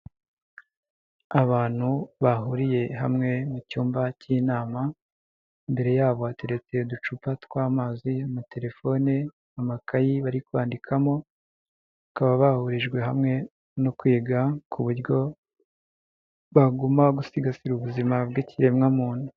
Abantu bahuriye hamwe mu cyumba cy'inama, imbere yabo hateretse uducupa tw'amazi, amaterefone, amakayi bari kwandikamo, bakaba bahurijwe hamwe no kwiga ku buryo baguma gusigasira ubuzima bw'ikiremwa muntu.